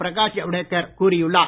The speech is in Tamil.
பிரகாஷ் ஜவுடேகர் கூறியுள்ளார்